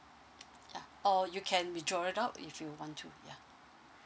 ya or you can withdraw it out if you want to ya